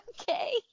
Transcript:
okay